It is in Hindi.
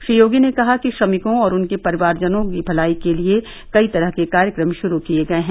श्री योगी ने कहा कि श्रमिकों और उनके परिवारजनों की भलाई के लिए कई कार्यक्रम शुरू किए गए हैं